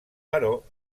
però